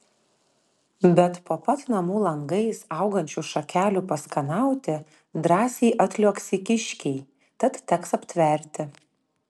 bet po pat namų langais augančių šakelių paskanauti drąsiai atliuoksi kiškiai tad teks aptverti